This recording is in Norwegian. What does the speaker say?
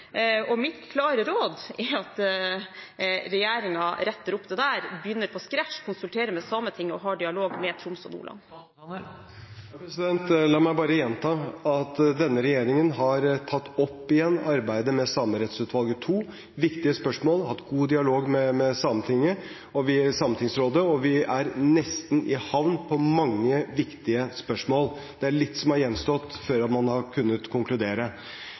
Stortinget. Mitt klare råd er at regjeringen retter opp det, begynner på «scratch», konsulterer med Sametinget og har dialog med Troms og Nordland. La meg bare gjenta at denne regjeringen har tatt opp igjen arbeidet med Samerettsutvalget II, viktige spørsmål, hatt god dialog med Sametingsrådet, og vi er nesten i havn på mange viktige spørsmål. Det er litt som har gjenstått før man har kunnet konkludere.